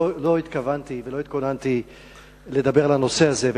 לא התכוונתי ולא התכוננתי לדבר על הנושא הזה,